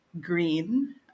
green